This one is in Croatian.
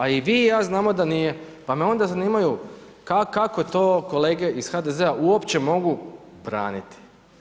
A i vi i ja znamo da nije pa me onda zanimaju kako to kolege iz HDZ-a uopće mogu braniti.